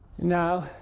Now